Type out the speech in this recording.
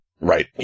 Right